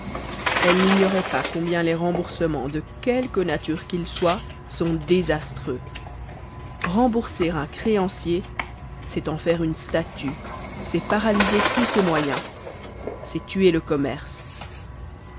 elle n'ignorait pas combien les remboursemens de quelque nature qu'ils soient sont désastreux rembourser un créancier c'est en faire une statue c'est paralyser tous ces moyens c'est tuer le commerce